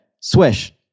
Swish